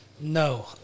No